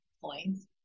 points